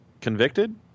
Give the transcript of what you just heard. convicted